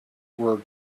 were